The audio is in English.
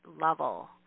level